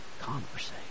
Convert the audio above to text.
conversation